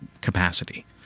capacity